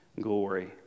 glory